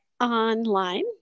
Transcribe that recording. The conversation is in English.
online